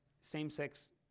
same-sex